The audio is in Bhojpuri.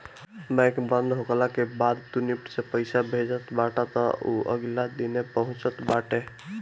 बैंक बंद होखला के बाद तू निफ्ट से पईसा भेजत बाटअ तअ उ अगिला दिने पहुँचत बाटे